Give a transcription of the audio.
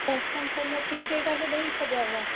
पैसन समेत टिकट बि ॾेई छॾियव